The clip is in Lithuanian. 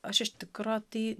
aš iš tikro tai